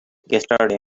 yesterday